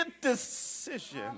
decision